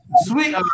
sweet